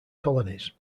colonies